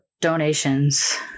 donations